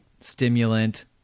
Stimulant